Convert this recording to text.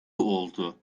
oldu